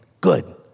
Good